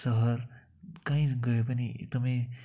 सहर कहीँ गए पनि एकदमै